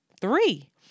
Three